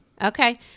Okay